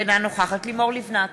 אינה נוכחת לימור לבנת,